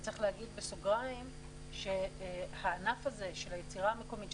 וצריך להגיד בסוגריים שהענף הזה של היצירה המקומית,